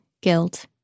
guilt